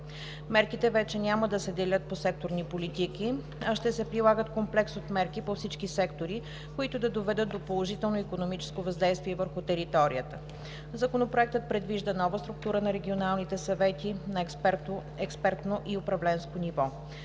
Мерките вече няма да се делят по секторни политики, а ще се прилагат комплекс от мерки по всички сектори, които да доведат до положително икономическо въздействие върху територията. Законопроектът предвижда нова структура на регионалните съвети – на експертно и управленско ниво.